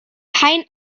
kein